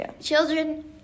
children